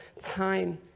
time